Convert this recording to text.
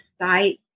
site